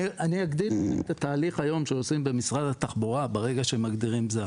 אני אגדיר את התהליך היום שעושים במשרד התחבורה ברגע שמגדירים זר.